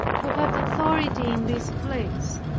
who had authority in this place.